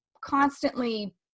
constantly